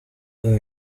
uyu